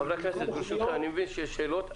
חברי הכנסת, ברשותכם, אני בין שיש שאלות.